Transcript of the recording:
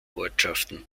ortschaften